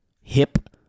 hip